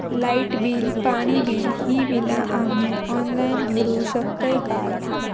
Light bill, पाणी bill, ही बिला आम्ही ऑनलाइन भरू शकतय का?